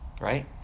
right